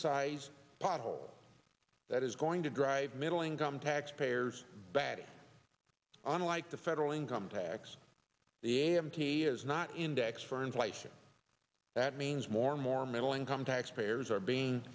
sized pot hole that is going to drive middle income taxpayers bad unlike the federal income tax the a m t is not indexed for inflation that means more and more middle income taxpayers are being